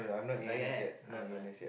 not yet eh not yet